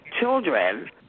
children